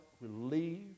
relieved